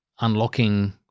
unlocking